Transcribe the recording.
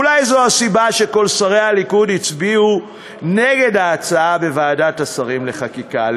אולי זו הסיבה שכל שרי הליכוד הצביעו נגד ההצעה בוועדת השרים לחקיקה.